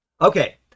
Okay